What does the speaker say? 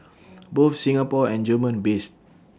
both Singapore and German based